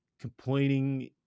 complaining